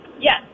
Yes